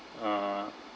uh